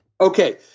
Okay